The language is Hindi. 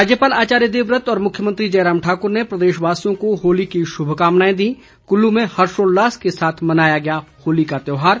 राज्यपाल आचार्य देवव्रत और मुख्यमंत्री जयराम ठाक्र ने प्रदेशवासियों को होली की श्भकामनाएं दी कुल्लू में हर्षोल्लास से मनाया गया होली का त्योहार